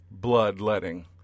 blood-letting